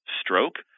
stroke